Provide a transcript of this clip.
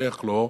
איך לא?